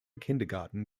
kindergarten